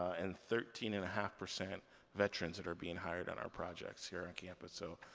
and thirteen and a half percent veterans that are being hired on our projects here on campus. so,